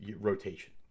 rotation